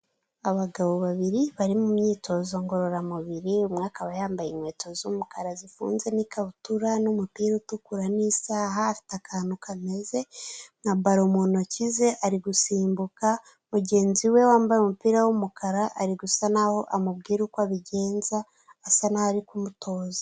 Abagabo babiri bari mu myitozo ngororamubiri umwe akaba yambaye inkweto z'umukara zifunze n'ikabutura n'umupira utukura n'isaha, afite akantu kameze nka balo mu ntoki ze ari gusimbuka, mugenzi we wambaye umupira w'umukara ari gusa naho amubwira uko abigenza asa n'aho ari kumutoza.